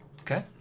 Okay